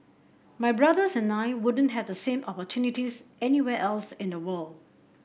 my brothers and I wouldn't have the same opportunities anywhere else in the world